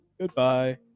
Goodbye